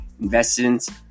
investments